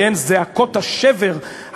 זעקות השבר,